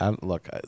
Look